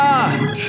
God